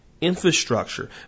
infrastructure